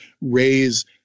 raise